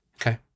Okay